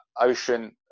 ocean